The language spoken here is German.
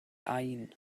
ain